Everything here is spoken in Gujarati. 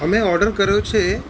અમે ઓર્ડર કર્યો છે